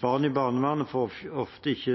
Barn i barnevernet får ofte